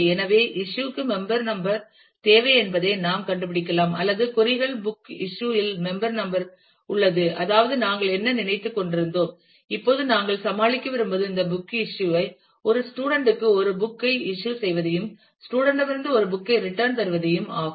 எனவே இஸ்யூ க்கு member number தேவை என்பதை நாம் கண்டுபிடிக்கலாம் அல்லது கொறி கள் புக் இஸ்யூ இல் மெம்பர் நம்பர் உள்ளது அதாவது நாங்கள் என்ன நினைத்துக் கொண்டிருந்தோம் இப்போது நாங்கள் சமாளிக்க விரும்புவது இந்த புக் இஸ்யூ ஐ ஒரு ஸ்டூடண்ட் க்கு ஒரு புக் ஐ இஸ்யூ செய்வதையும் ஸ்டூடண்ட் மிருந்து ஒரு புக் ஐ ரிட்டன் தருவதையும் ஆகும்